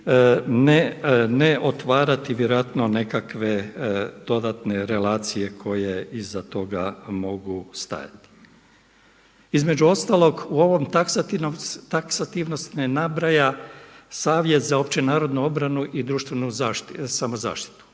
ne otvarati vjerojatno nekakve dodatne relacije koje iza toga mogu stajati. Između ostalog u ovom taksativnost ne nabraja Savjest za međunarodnu obranu i društvenu samozaštitu,